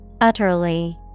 utterly